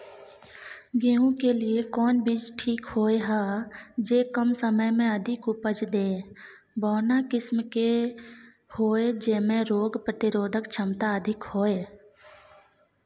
गेहूं के लिए कोन बीज ठीक होय हय, जे कम समय मे अधिक उपज दे, बौना किस्म के होय, जैमे रोग प्रतिरोधक क्षमता अधिक होय?